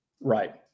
Right